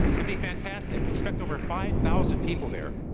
to be fantastic. we expect over five thousand people there.